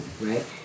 right